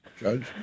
Judge